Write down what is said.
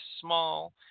small